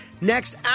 Next